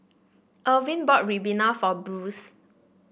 Irvin bought ribena for Bruce